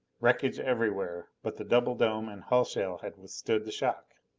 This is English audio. wreckage everywhere but the double dome and hull shell had withstood the shock.